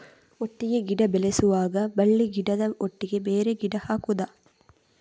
ಒಟ್ಟಿಗೆ ಗಿಡ ಬೆಳೆಸುವಾಗ ಬಳ್ಳಿ ಗಿಡದ ಒಟ್ಟಿಗೆ ಬೇರೆ ಗಿಡ ಹಾಕುದ?